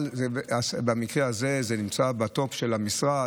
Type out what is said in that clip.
אבל במקרה זה הדבר נמצא בטופ של המשרד,